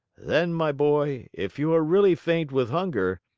then, my boy, if you are really faint with hunger,